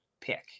pick